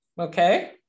Okay